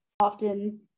Often